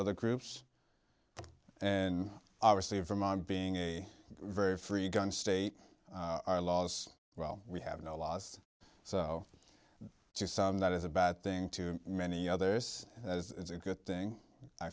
other groups and obviously vermont being a very free gun state laws well we have no laws so to some that is a bad thing too many others as it's a good thing i